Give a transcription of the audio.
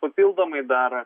papildomai dar